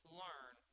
learn